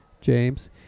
James